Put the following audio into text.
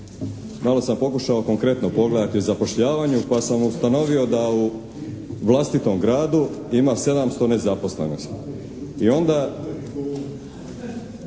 malo sam pokušao konkretno pogledati o zapošljavanju pa sam ustanovio da u vlastitom gradu ima 700 nezaposlenih